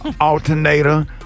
alternator